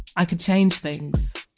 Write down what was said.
i could change things